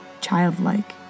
childlike